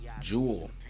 Jewel